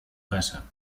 casa